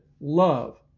love